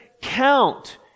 count